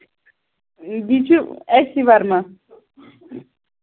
بیٚیہِ چھُ S C Verma